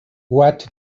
what